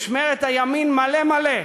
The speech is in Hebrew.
משמרת הימין מלא-מלא,